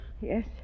Yes